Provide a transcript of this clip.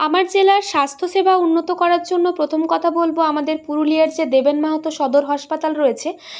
আমার জেলার স্বাস্থ্যসেবা উন্নত করার জন্য প্রথম কথা বলবো আমাদের পুরুলিয়ার যে দেবেন মাহাতো সদর হাসপাতাল রয়েছে